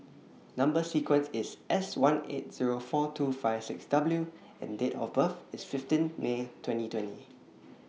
Number sequence IS S one eight Zero four two five six W and Date of birth IS fifteen May twenty twenty